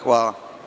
Hvala.